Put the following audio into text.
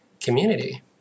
community